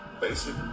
basic